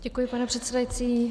Děkuji, pane předsedající.